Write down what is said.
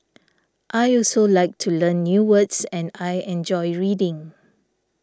I also like to learn new words and I enjoy reading